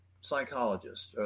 psychologists